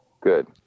Good